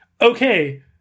okay